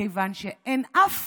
מכיוון שאין אף